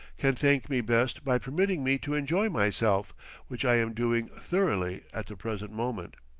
can thank me best by permitting me to enjoy myself which i am doing thoroughly at the present moment.